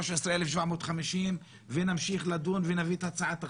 13,750 ונמשיך לדון ונביא את הצעת החוק.